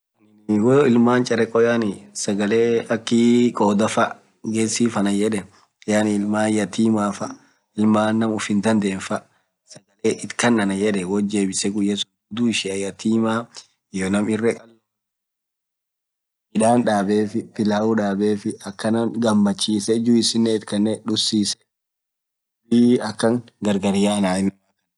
Ilman charekho sagale akhii khodhaa faa gesiif ana yedhen yaani ilman yatimaaa faa ilmaan ñaam uff dhandhen faa ithi Khan anayedheni woth jebisee guya sunn dhudhu shia yatimaa iyyo ñaam irekhalo midhan dhabefii pilau dhabefii akhanan ghamachise juice ithi khanee dhusise khulii akhan gargar yannaaa